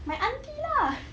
my aunty lah